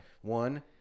One